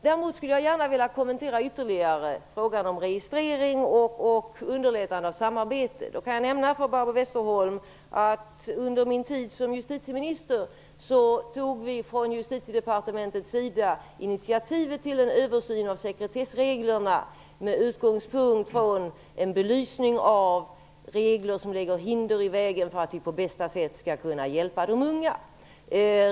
Däremot skulle jag gärna vilja ytterligare kommentera frågan om registrering och underlättande av samarbete i stort. Jag kan nämna för Barbro Westerholm att under min tid som justitieminister tog vi från Justitiedepartementets sida initiativ till en översyn av sekretessreglerna, med utgångspunkt från en belysning av regler som lägger hinder i vägen för att vi på bästa sätt skall kunna hjälpa de unga.